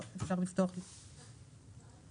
תבחן את היכולת המקצועית הנדרשת מעובדי מרכז בקרה,